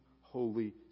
Holy